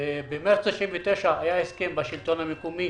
במארס 1999 היה הסכם בשלטון המקומי